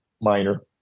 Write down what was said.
minor